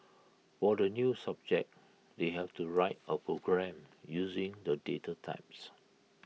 for the new subject they have to write A program using the data types